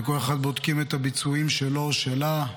ולכל אחד בודקים את הביצועים שלו, שלה.